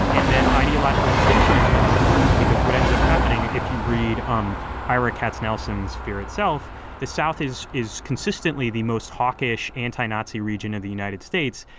and that ideological distinction is really important because what ends up happening, if you read um ira katznelson's fear itself the south is is consistently the most hawkish, anti-nazi region of the united states.